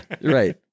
right